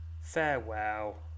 Farewell